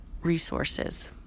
resources